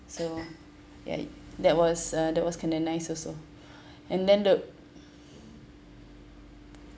so ya that was uh that was kinda nice also and then the